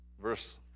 verse